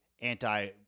anti